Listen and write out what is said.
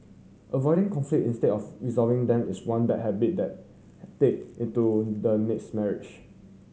avoiding conflict instead of resolving them is one bad habit that they into the next marriage